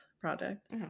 project